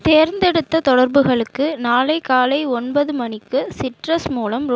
தேர்ந்தெடுத்த தொடர்புகளுக்கு நாளை காலை ஒன்பது மணிக்கு சிட்ரஸ் மூலம் ரூபாய் அறுநூறு அனுப்பவும்